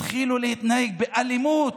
התחילו להתנהג באלימות